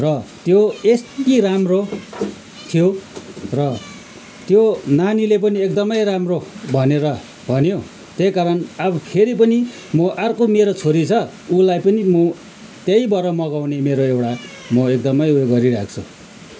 र त्यो यति राम्रो थियो र त्यो नानीले पनि एकदमै राम्रो भनेर भन्यो त्यहीकारण अब फेरि पनि म अर्को मेरो छोरी छ उसलाई पनि म त्यहीँबाट मगाउने मेरो एउटा म एकदमै उयो गरिरहेको छु